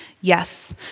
Yes